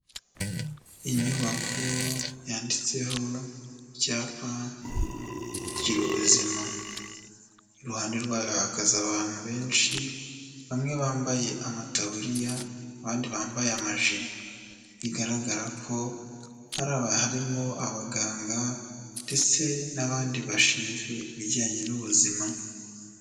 Inyubako yanditseho icyapa gira ubuzima, iruhande rwayo hahagaze abantu benshi bamwe bambaye amataburiya abandi bambaye amajiri, bigaragara ko harimo abaganga ndetse n'abandi bashinzwe ibijyanye n'ubuzima.